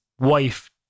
wife